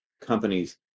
companies